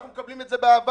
אנחנו מקבלים את זה באהבה.